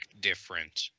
different